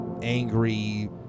angry